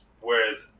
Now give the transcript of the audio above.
whereas